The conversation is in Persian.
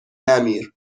نمیر